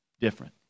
different